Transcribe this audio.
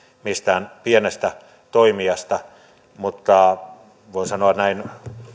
mistään pienestä toimijasta voin sanoa näin